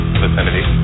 vicinity